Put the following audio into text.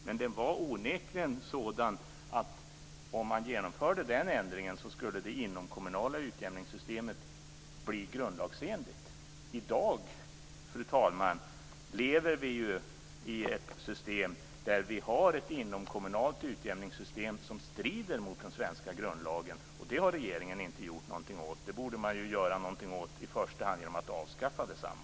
Men den var onekligen sådan att om man genomförde den ändringen skulle det inomkommunala utjämningssystemet blir grundlagsenligt. Fru talman! I dag lever vi i ett system där vi har ett inomkommunalt utjämningssystem som strider mot den svenska grundlagen. Det har regeringen inte gjort någonting åt. Det borde man i första hand göra någonting åt genom att avskaffa detsamma.